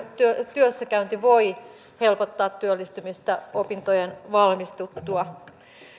työssäkäynti voi helpottaa työllistymistä opintojen valmistuttua